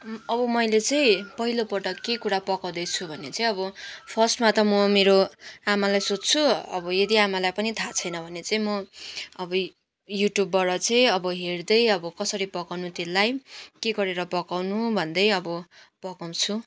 अब मैले चाहिँ पहिलो पटक के कुरा पकाउँदैछु भने चाहिँ अब फर्स्टमा त म मेरो आमालाई सोध्छु अब यदि आमालाई पनि थाहा छैन भने चाहिँ म अब यूट्यूबाट चाहिँ अब हेर्दै अब कसरी पकाउनु त्यसलाई के गरेर पकाउनु भन्दै अब पकाउँछु